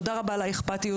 תודה רבה על האכפתיות.